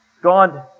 God